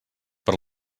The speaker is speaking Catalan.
per